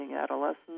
adolescents